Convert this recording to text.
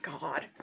God